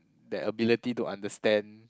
that ability to understand